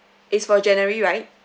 it's for january right